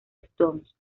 stones